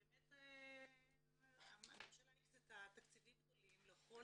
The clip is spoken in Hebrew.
באמת הממשלה הקצתה תקציבים גדולים לכל